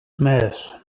mess